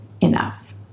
enough